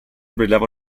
brillava